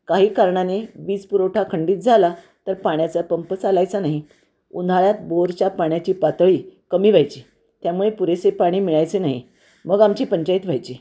काही कारणाने वीजपुरवठा खंडित झाला तर पाण्याचा पंप चालायचा नाही उन्हाळ्यात बोअरच्या पाण्याची पातळी कमी व्हायची त्यामुळे पुरेसे पाणी मिळायचे नाही मग आमची पंचाईत व्हायची